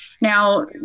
Now